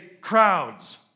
crowds